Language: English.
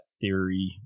theory